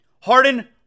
Harden